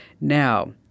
Now